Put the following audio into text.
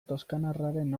toskanarraren